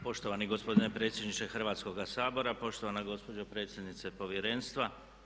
Poštovani gospodine predsjedniče Hrvatskoga sabora, poštovana gospođo predsjednice povjerenstva.